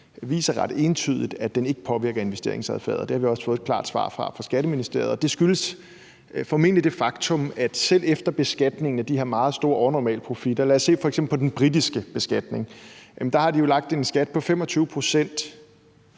viser, at beskatningen ikke påvirker investeringsadfærden, og det har vi også fået et klart svar på fra Skatteministeriet. Det skyldes formentlig, hvad der sker efter beskatning af de meget store overnormale profitter. Lad os se f.eks. på den britiske beskatning. De har jo lagt en skat på 25 pct.